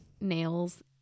nails